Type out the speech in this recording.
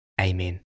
amen